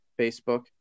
Facebook